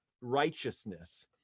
righteousness